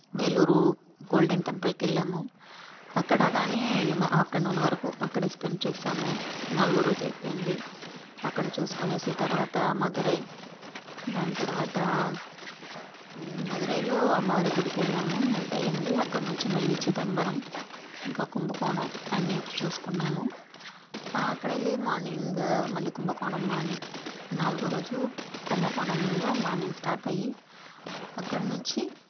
Vellore golden టెంపుల్కెళ్ళాము అక్కడ కానీ ఆఫ్టర్నూన్ వరకు అక్కడే స్పెండ్ చేశాము నాలుగో రోజు అయిపోయింది అక్కడ చూసుకునేసి తర్వాత మధురై దాని తర్వాత మధురైలో అమ్మవారి గుడికెళ్ళాము నైట్ అయింది అక్కడి నుంచి మళ్ళీ చిదంబరం ఇంకా కుంభకోణం అన్ని చూసుకున్నాము అక్కడ వెళ్లి మార్నింగు మళ్ళీ కుంభకోణం మార్నింగ్ నాలుగో రోజు కుంభకోణంలో మార్నింగ్ స్టార్ట్ అయ్యి అక్కడి నుంచి